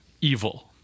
evil